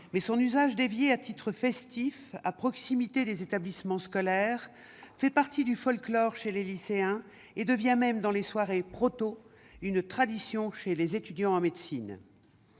mais son usage dévié à titre festif à proximité des établissements scolaires fait partie du folklore chez les lycéens et devient même dans les « soirées proto » une tradition chez les étudiants en médecine.